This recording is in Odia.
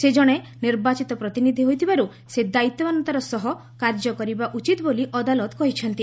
ସେ ଜଣେ ନିର୍ବାଚିତ ପ୍ରତିନିଧ୍ୟ ହୋଇଥିବାରୁ ସେ ଦାୟିତ୍ୱବାନତାର ସହ କାର୍ଯ୍ୟ କରିବା ଉଚିତ ବୋଲି ଅଦାଲତ କହିଛନ୍ତି